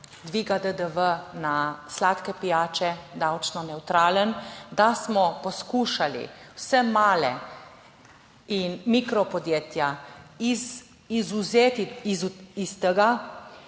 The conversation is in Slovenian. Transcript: dviga DDV na sladke pijače davčno nevtralen, da smo poskušali vse, male in mikro podjetja izvzeti iz tega,